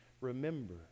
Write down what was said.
remember